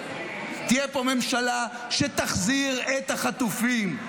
תהיה פה ממשלה שתחזיר את החטופים,